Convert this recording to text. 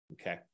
okay